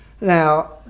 Now